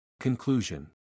Conclusion